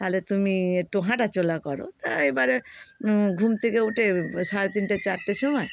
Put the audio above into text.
তাহলে তুমি একটু হাঁটাচলা করো তা এবারে ঘুম থেকে উঠে সাড়ে তিনটে চারটের সময়